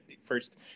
first